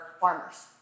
farmers